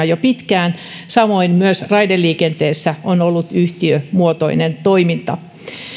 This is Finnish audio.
jo pitkään samoin myös raideliikenteessä on ollut yhtiömuotoinen toiminta